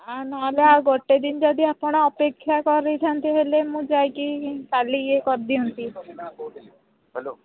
ଆ ନହେଲେ ଆଉ ଗୋଟେ ଦିନ ଯଦି ଆପଣ ଅପେକ୍ଷା କରିଥାନ୍ତେ ହେଲେ ମୁଁ ଯାଇକି କାଲି ଇଏ କରିଦିଅନ୍ତି